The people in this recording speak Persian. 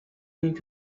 این